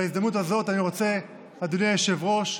בהזדמנות הזאת אני רוצה, אדוני היושב-ראש,